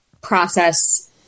process